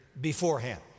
beforehand